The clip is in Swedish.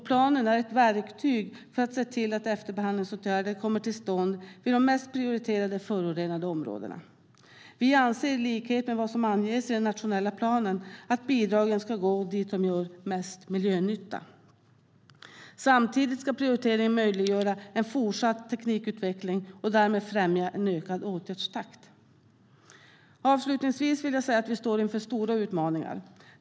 Planen är ett verktyg för att se till att efterbehandlingsåtgärder kommer till stånd vid de mest prioriterade förorenade områdena. Vi anser i likhet med vad som anges i den nationella planen att bidragen ska gå dit där de gör mest miljönytta. Samtidigt ska prioriteringen möjliggöra en fortsatt teknikutveckling och därmed främja en ökad åtgärdstakt. Avslutningsvis vill jag säga att vi står inför stora utmaningar.